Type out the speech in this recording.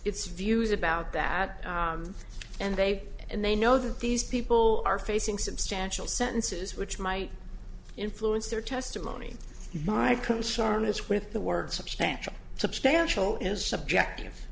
its views about that and they and they know that these people are facing substantial sentences which might influence their testimony my concern is with the word substantial substantial is subjective